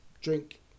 drink